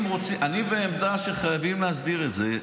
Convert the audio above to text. אני בעמדה שחייבים להסדיר את זה,